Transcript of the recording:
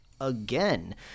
again